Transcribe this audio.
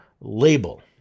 label